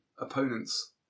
opponent's